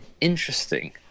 Interesting